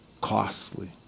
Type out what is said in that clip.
costly